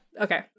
Okay